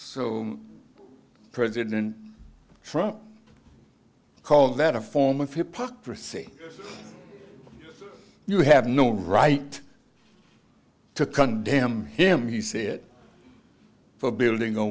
from call that a form of hypocrisy you have no right to condemn him he said for building a